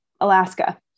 Alaska